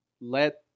let